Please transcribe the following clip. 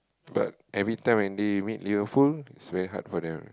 but every time when they meet Liverpool it's very hard for them